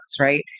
right